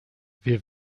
wir